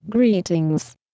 Greetings